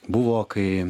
buvo kai